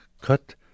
cut